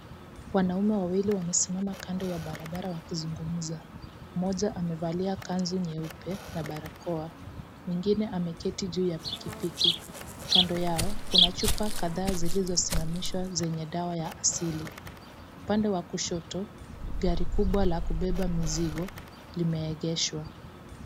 Wanaume wawili wamesimama kando ya barabara wakizungumza. Mmoja amevalia kanzu nyeupe na barakoa, mwingine ameketi juu ya pikipiki. Kando yao, kuna chupa kadhaa zilizozimamishwa zenye dawa ya asili. Upande wa kushoto, gari kubwa la kubeba mizigo limeegeshwa.